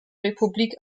republik